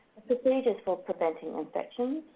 procedures for preventing infection,